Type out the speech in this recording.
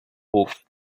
book